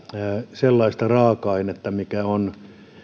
sellaista raaka ainetta mikä on